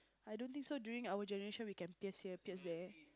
I don't think so during our generation we can pierce there pierce there